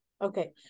Okay